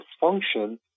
function